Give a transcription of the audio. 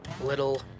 little